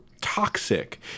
toxic